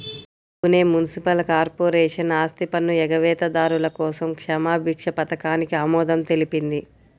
Pune municipal corporation ఆస్తిపన్ను ఎగవేతదారుల కోసం క్షమాభిక్ష పథకానికి ఆమోదం తెలిపింది